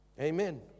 Amen